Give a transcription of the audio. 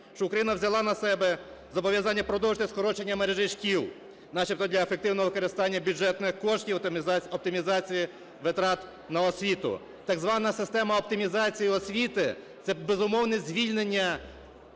що Україна взяла на себе зобов'язання продовжити скорочення мережі шкіл начебто для ефективного використання бюджетних коштів та оптимізації витрат на освіту. Так звана система оптимізації освіти – це безумовне звільнення